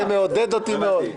זה מעודד אותי מאוד.